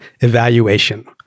evaluation